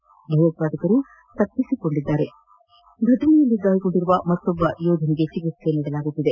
ಇಬ್ಲರು ಭಯೋತ್ಪಾದಕರು ತಪ್ಪಿಸಿಕೊಂಡಿದ್ದಾರೆ ಘಟನೆಯಲ್ಲಿ ಗಾಯಗೊಂಡಿರುವ ಮತ್ತೊಬ್ಲ ಯೋಧರಿಗೆ ಚಿಕಿತ್ತೆ ನೀಡಲಾಗುತ್ತಿದೆ